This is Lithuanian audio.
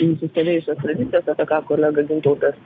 nusistovėjusias tradicijas apie ką kolega gintautas